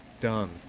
Done